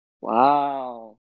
Wow